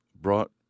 brought